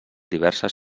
diverses